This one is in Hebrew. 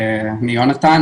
שמי יונתן,